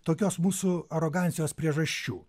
tokios mūsų arogancijos priežasčių